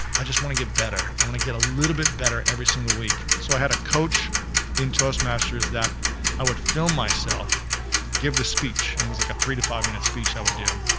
i just wanna get better, i wanna get a little bit better every single week. so i had a coach in toastmasters that i would film myself give the speech and it was like a three to five minute speech i would do.